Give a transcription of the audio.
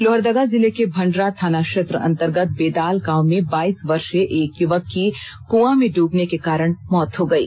लोहरदगा जिले के भंडरा थाना क्षेत्र अंतर्गत बेदाल गांव में बाईस वर्षीय एक युवक की कुआं में डूबने के कारण मौत हो गयी